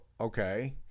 okay